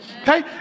Okay